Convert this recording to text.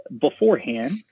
Beforehand